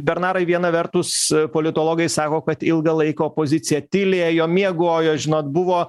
bernarai viena vertus politologai sako kad ilgą laiką opozicija tylėjo miegojo žinot buvo